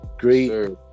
great